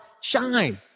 shine